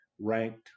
ranked